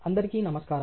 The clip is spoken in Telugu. అందరికీ నమస్కారం